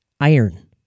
iron